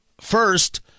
First